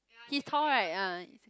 he's tall right ah it's okay